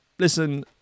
Listen